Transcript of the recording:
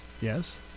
Yes